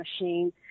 machine